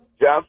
Jeff